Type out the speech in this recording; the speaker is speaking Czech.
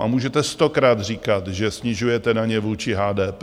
A můžete stokrát říkat, že snižujete daně vůči HDP.